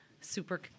Super